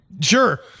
Sure